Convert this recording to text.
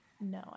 No